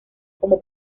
como